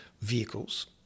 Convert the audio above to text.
vehicles